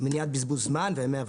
מניעת בזבוז זמן וימי עבודה.